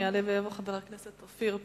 יעלה ויבוא חבר הכנסת אופיר פז-פינס.